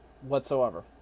whatsoever